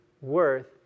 worth